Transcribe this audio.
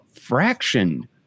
fraction